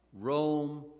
Rome